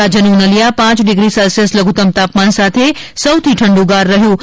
રાજયનુ નલિયા પાંચ degree Celsius લધુતમ તાપમાન સાથે સૌથી ઠંડુગાર રહ્યુ